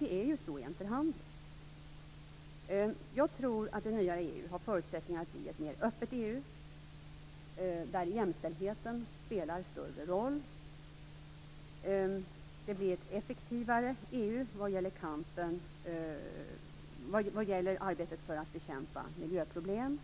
Det är ju så i en förhandling. Jag tror att det nya EU har förutsättningar att bli ett mer öppet EU där jämställdheten spelar större roll. Det blir ett effektivare EU vad gäller arbetet för att bekämpa miljöproblem,